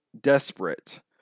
desperate